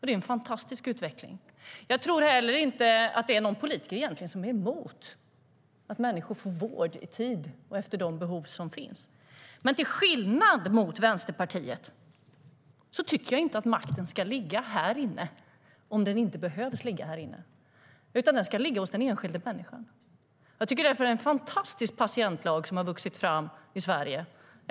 Det är en fantastisk utveckling. Jag tycker att det är en fantastisk patientlag som har vuxit fram i Sverige.